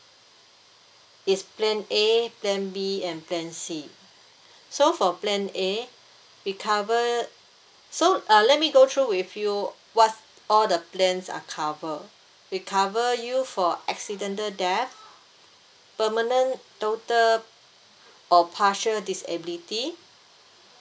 it's plan A plan B and plan C so for plan A we cover so uh let me go through with you what all the plans are cover we cover you for accidental death permanent total or partial disability